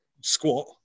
squat